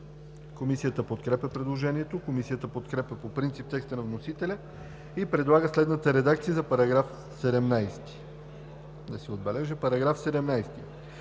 Комисията подкрепя предложението. Комисията подкрепя по принцип текста на вносителя и предлага следната редакция за § 23: „§ 23.